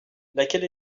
laquelle